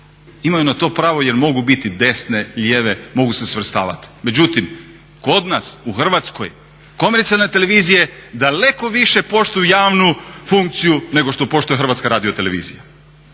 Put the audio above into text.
imaju na to pravo jer mogu biti desne, lijeve, mogu se svrstavati. Međutim, kod nas u Hrvatskoj komercijalne televizije daleko više poštuju javnu funkciju nego što poštuje Hrvatska radiotelevizija.